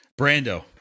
Brando